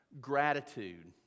gratitude